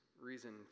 reason